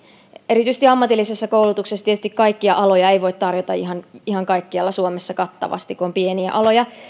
erityisesti ammatillisessa koulutuksessa tietysti kaikkia aloja ei voi tarjota ihan ihan kaikkialla suomessa kattavasti kun on pieniä aloja